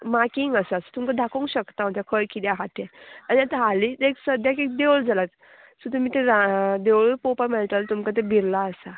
marking आसा सो तुमकां दाकोवंक शकता हांव तें खंय किदें आहा तें आनी हालींत एक सद्याक एक देवूळ जालां सो तुमी तें देवूळ पोवपाक मेळटलें तुमकां तें बिर्ला आसा